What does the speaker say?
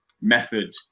method